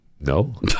no